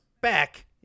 back